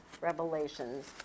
revelations